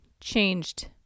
Changed